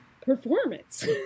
performance